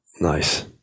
Nice